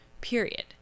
Period